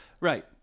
Right